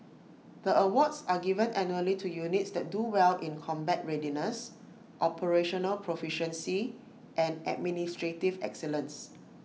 the awards are given annually to units that do well in combat readiness operational proficiency and administrative excellence